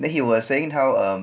then he was saying how um